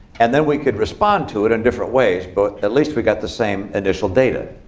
and then, we could respond to it in different ways, but at least we got the same initial data.